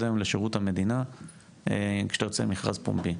היום לשירות המדינה כשאתה יוצא עם מכרז פומבי.